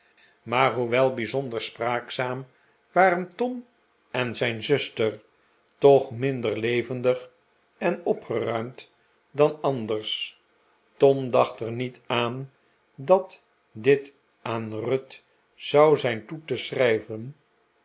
maar hoewel bijzonder spraakzaam waren tom en zijn zuster toch minder levendig en opgeruimd dan anders tom dacht er niet aan dat dit aan ruth zou zijn toe te schrijven